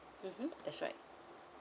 (uh huh) that's right